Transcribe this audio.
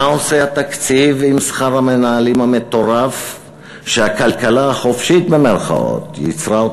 מה עושה התקציב עם שכר המנהלים המטורף ש"הכלכלה החופשית" ייצרה אותו